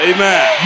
Amen